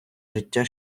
життя